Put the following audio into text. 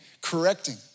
correcting